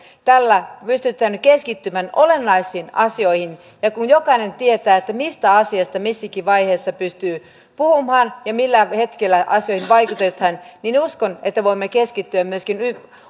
tällä pystytään keskittymään olennaisiin asioihin kun jokainen tietää mistä asiasta missäkin vaiheessa pystyy puhumaan ja millä hetkellä asioihin vaikutetaan niin uskon että voimme keskittyä myöskin